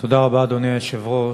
אדוני היושב-ראש,